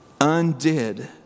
undid